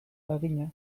lagina